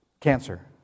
cancer